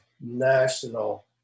national